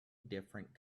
different